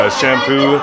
shampoo